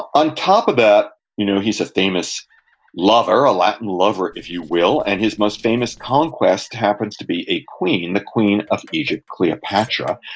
on top of that, you know he's a famous lover, a latin lover, if you will, and his most famous conquest happens to be a queen, a queen of egypt, cleopatra,